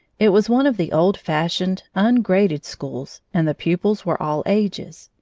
it was one of the old-fashioned, ungraded schools, and the pupils were all ages.